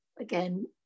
again